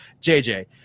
JJ